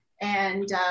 and-